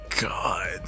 god